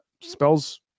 spells